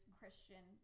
Christian